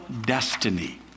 destiny